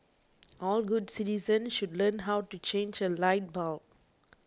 all good citizens should learn how to change a light bulb